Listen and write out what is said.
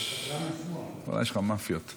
יש לך מאפיות.